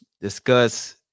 discuss